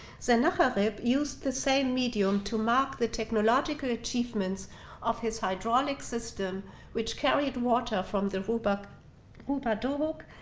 sennacherib used the same medium to mark the technological achievements of his hydraulic system which carried water from the rubar rubar dohuk,